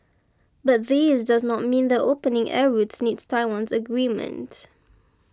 but this does not mean that opening air routes needs Taiwan's agreement